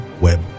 Web